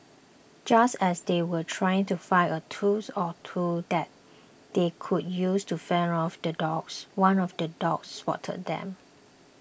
just as they were trying to find a tools or two that they could use to fend off the dogs one of the dogs spotted them